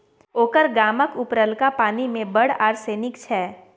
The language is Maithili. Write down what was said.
ओकर गामक उपरलका पानि मे बड़ आर्सेनिक छै